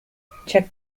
check